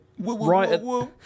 right